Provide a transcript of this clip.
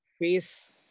face